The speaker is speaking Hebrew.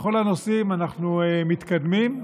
בכל הנושאים אנחנו מתקדמים.